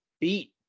beat